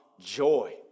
joy